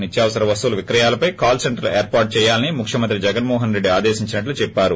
నిత్యావసర వస్తువుల విక్రయాలపై కాల్ సెంటర్ ఏర్పాటు చేయాలని ముఖ్యమంత్రి జగన్మోహన్రెడ్డి ఆదేశించినట్లు చెప్పారు